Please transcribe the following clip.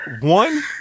one